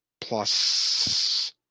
plus